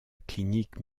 clinique